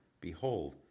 Behold